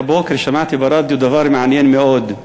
הבוקר שמעתי ברדיו דבר מעניין מאוד: